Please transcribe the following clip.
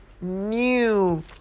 new